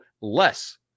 less